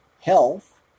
health